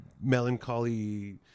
melancholy